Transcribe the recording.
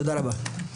תודה רבה.